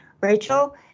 Rachel